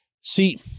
See